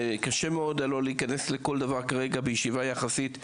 קשה מאוד הלא להיכנס לכל דבר כרגע בישיבה יחסית,